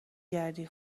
گردی